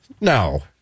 No